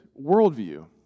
worldview